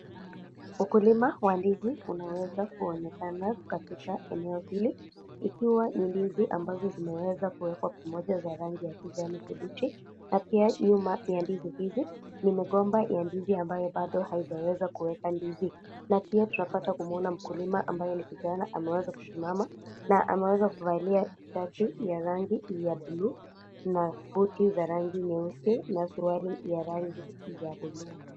Ukulima wa ndizi unaweza kuonekana katika eneo hili. Ikiwa ni ndizi ambazo zimeweza kuwekwa pamoja za rangi ya kijani kibichi. Na pia nyuma ya ndizi hizi, ni migomba ya ndizi ambayo bado haijaweza kuweka ndizi. Na pia tunapata kumuona mkulima ambaye ni kijana ameweza kusimama, na ameweza kuvalia shati ya rangi ya bluu na buti za rangi nyeusi na suruali ya rangi ya bluu.